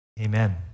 amen